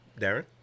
Darren